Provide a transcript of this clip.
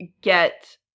get